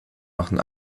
machen